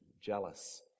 jealous